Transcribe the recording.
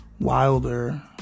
Wilder